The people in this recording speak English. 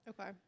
okay